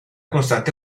constante